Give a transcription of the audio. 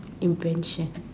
invention